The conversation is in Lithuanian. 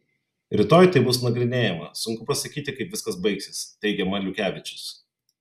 rytoj tai bus nagrinėjama sunku pasakyti kaip viskas baigsis teigia maliukevičius